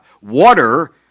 Water